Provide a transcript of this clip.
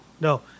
no